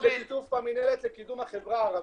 בשיתוף המִנהלת לקידום החברה הערבית,